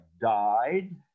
died